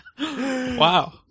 Wow